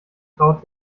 traut